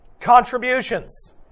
Contributions